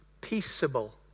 peaceable